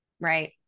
Right